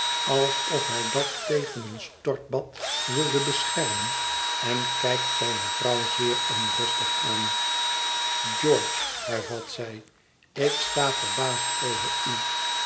alsof hij dat tegen een stortbad wilde beschermen en kijkt zijne vrouw zeer onrustig aan george hervat zij ik sta verbaasd over u